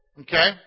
Okay